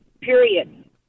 Period